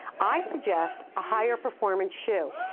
i suggest a higher performance shoe.